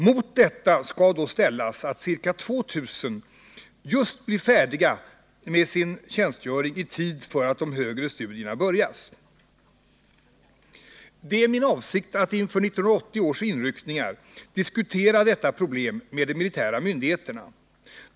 Mot detta skall då ställas att ca 2 000 blir färdiga just i tid för att kunna börja sina högre studier. 3 Det är min avsikt att inför 1980 års inryckningar diskutera detta problem med de militära myndigheterna.